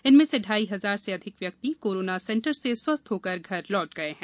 इनमें से ढ़ाई हजार से अधिक व्यक्ति कोरोना सेंटर से स्वस्थ होकर घर लौट गये हैं